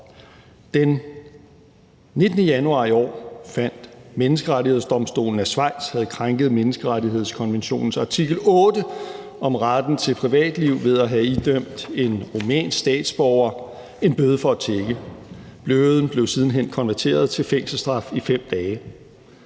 Den 19. januar i år fandt Menneskerettighedsdomstolen, at Schweiz havde krænket menneskerettighedskonventionens artikel 8 om retten til privatliv ved at have idømt en rumænsk statsborger en bøde for at tigge. Bøden blev siden hen konverteret til fængselsstraf i 5 dage.